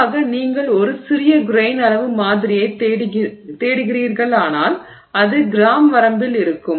பொதுவாக நீங்கள் ஒரு சிறிய கிரெய்ன் அளவு மாதிரியைத் தேடுகிறீர்களானால் அது கிராம் வரம்பில் இருக்கும்